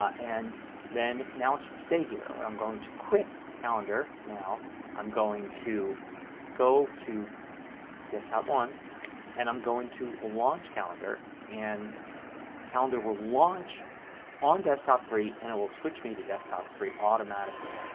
ah and then now it should stay here. but i'm going to quit calendar. now i'm going to go to desktop one and i'm going to ah launch calendar. and calendar will launch on desktop three and it will switch me to desktop three automatically.